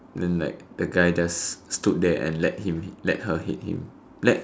then like the guy just stood there and let him let her hit him let